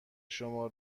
شما